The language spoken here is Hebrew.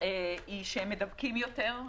היא שהם מידבקים יותר,